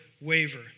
waver